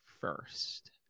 first